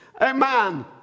Amen